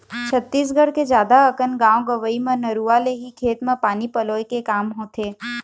छत्तीसगढ़ के जादा अकन गाँव गंवई म नरूवा ले ही खेत म पानी पलोय के काम होथे